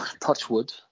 Touchwood